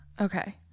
Okay